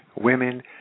women